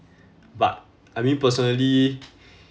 but I mean personally